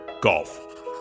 golf